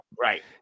right